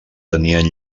tenien